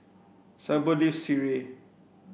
Syble lives Sireh